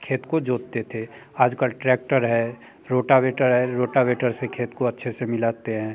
खेत को जोतते थे आज कल ट्रेक्टर है रोटावेटर है रोटावेटर से खेत को अच्छे से मिलाते हैं